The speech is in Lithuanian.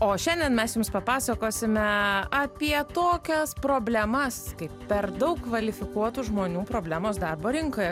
o šiandien mes jums papasakosime apie tokias problemas kaip per daug kvalifikuotų žmonių problemos darbo rinkoje